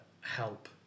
help